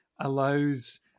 allows